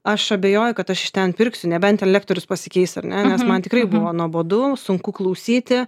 aš abejoju kad aš iš ten pirksiu nebent ten lektorius pasikeis ar ne nes man tikrai buvo nuobodu sunku klausyti